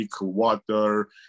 water